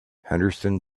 henderson